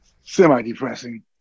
semi-depressing